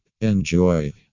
Enjoy